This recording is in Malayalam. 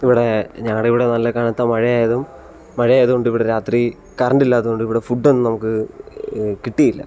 ഇപ്പം ഇവിടെ ഞങ്ങടിവിടെ നല്ല കനത്ത മഴ ആയതും മഴ ആയതുകൊണ്ട് ഇവിടെ രാത്രി കറണ്ട് ഇല്ലാത്തത് കൊണ്ട് ഇവിടെ ഫുഡൊന്നും നമുക്ക് കിട്ടിയില്ല